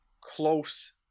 close